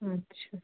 আচ্ছা